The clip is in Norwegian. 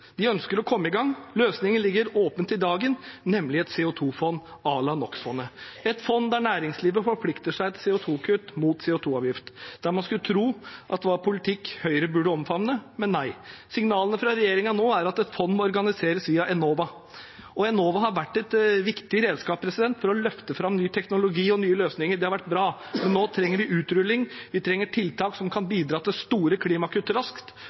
De ønsker å komme i gang, og løsningen ligger åpent i dagen, nemlig et CO 2 -fond à la NO x -fondet – et fond der næringslivet forplikter seg til CO 2 -kutt mot kutt i CO 2 -avgiften. Det skulle man tro var politikk Høyre burde omfavnet, men nei. Signalene fra regjeringen nå er at et fond må organiseres via Enova. Enova har vært et viktig redskap for å løfte fram ny teknologi og nye løsninger, og det har vært bra. Men nå trenger vi utrulling, vi trenger tiltak som kan bidra til store klimakutt